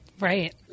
Right